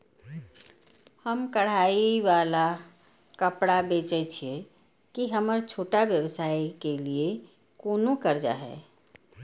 हम कढ़ाई वाला कपड़ा बेचय छिये, की हमर छोटा व्यवसाय के लिये कोनो कर्जा है?